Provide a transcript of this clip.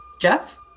Jeff